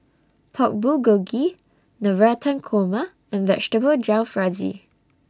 Pork Bulgogi Navratan Korma and Vegetable Jalfrezi